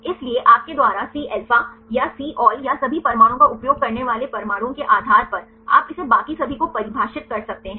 इसलिए आपके द्वारा Cα या C all या सभी परमाणुओं का उपयोग करने वाले परमाणुओं के आधार पर आप इसे बाकी सभी को परिभाषित कर सकते हैं